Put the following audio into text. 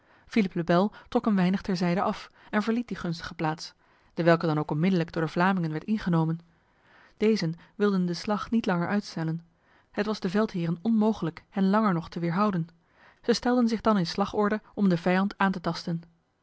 le bel trok een weinig terzijde af en verliet die gunstige plaats dewelke dan ook onmiddellijk door de vlamingen werd ingenomen dezen wilden de slag niet langer uitstellen het was de veldheren onmogelijk hen langer nog te weerhouden zij stelden zich dan in slagorde om de vijand aan te tasten